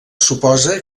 suposa